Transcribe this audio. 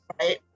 right